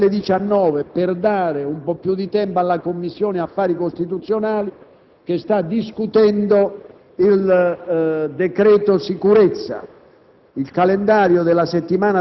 sera chiuderemo i lavori alle ore 19 per dare un po' più di tempo alla Commissione affari costituzionali che sta discutendo il decreto sicurezza.